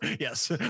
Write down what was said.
Yes